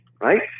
right